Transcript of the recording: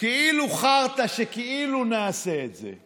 כאילו חרטה, שכאילו נעשה את זה.